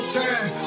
time